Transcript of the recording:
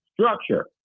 structure